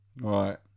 right